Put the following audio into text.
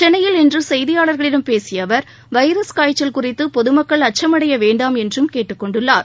சென்னையில் இன்று செய்தியாளர்களிடம் பேசிய அவர் வைரஸ் காய்ச்சல் குறித்து பொதுமக்கள் அச்சம் அடைய வேண்டாம் என்றும் கேட்டுக் கொண்டுள்ளார்